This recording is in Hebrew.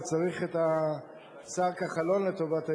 וצריך את השר כחלון לטובת העניין,